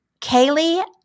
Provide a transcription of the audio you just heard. Kaylee